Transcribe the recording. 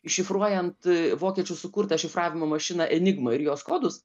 iššifruojant vokiečių sukurtą šifravimo mašiną enigmą ir jos kodus